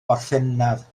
orffennaf